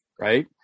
right